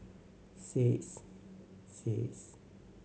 six six